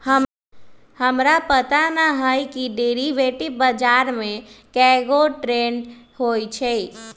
हमरा पता न हए कि डेरिवेटिव बजार में कै गो ट्रेड होई छई